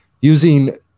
Using